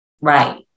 Right